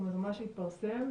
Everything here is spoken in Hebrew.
מה שהתפרסם,